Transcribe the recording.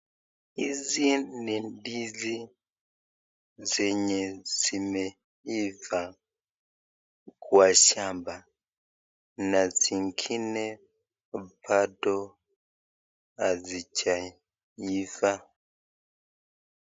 Hizi ni ndizi zenye zimeiva kwa shamba, na zingine bado hazijaiva.